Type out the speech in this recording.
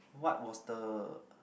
what was the